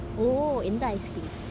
oh எந்த:eantha ice cream